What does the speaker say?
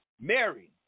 Mary